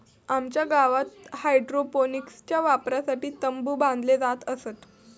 आमच्या गावात हायड्रोपोनिक्सच्या वापरासाठी तंबु बांधले जात असत